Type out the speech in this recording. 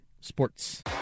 Sports